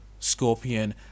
Scorpion